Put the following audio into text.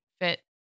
fit